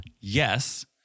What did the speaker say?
Yes